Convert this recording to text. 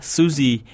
Susie